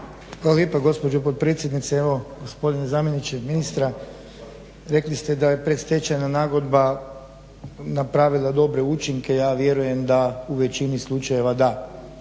Hvala lijepa gospođo potpredsjednice. Evo gospodine zamjeniče ministra rekli ste da je pred stečajna nagodba napravila dobre učinke. Ja vjerujem da u većini slučajeva da.